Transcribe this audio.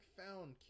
found